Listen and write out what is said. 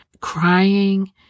crying